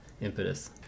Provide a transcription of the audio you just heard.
impetus